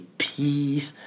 peace